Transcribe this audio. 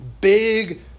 big